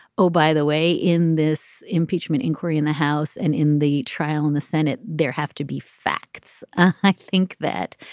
oh, by the way, in this impeachment inquiry in the house and in the trial in the senate, there have to be facts. i think that,